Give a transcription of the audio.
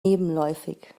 nebenläufig